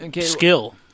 skill